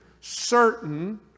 certain